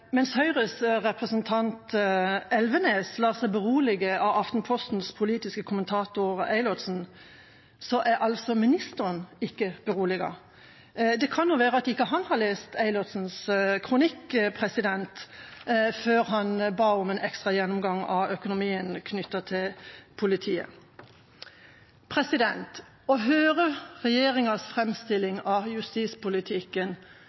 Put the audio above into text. Mens Høyres representant Elvenes lar seg berolige av Aftenpostens politiske kommentator Eilertsen, er altså ministeren ikke beroliget. Det kan være at han ikke har lest Eilertsens kronikk før han ba om en ekstra gjennomgang av økonomien knyttet til politiet. Å høre regjeringas